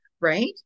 right